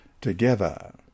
together